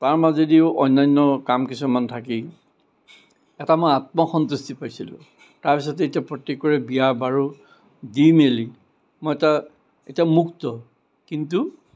তাৰ মাজেদিও অন্যান্য কাম কিছুমান থাকেই এটা মই আত্মসন্তুষ্টি পাইছিলোঁ তাৰপাছতে এতিয়া প্ৰত্যেকৰে বিয়া বাৰু দি মেলি মই এটা এতিয়া মুক্ত কিন্তু